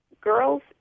girls